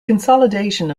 consolidation